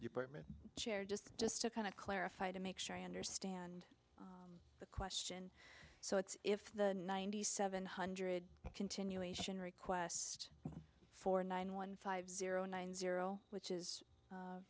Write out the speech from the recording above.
your chair just just to kind of clarify to make sure i understand the question so it's if the ninety seven hundred continuation request for nine one five zero nine zero which is